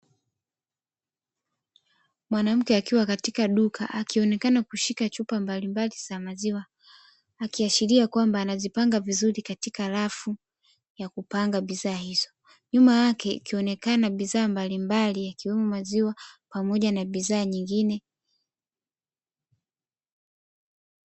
Mwanamke akiwa katika duka akionekana kushika chupa mbalimbali za maziwa, akiashiria kwamba anazipanga vizuri katika rafu ya kupanga bidhaa hizo. Nyuma yake ikionekana bidhaa mbalimbali yakiwemo maziwa pamoja na bidhaa nyingine.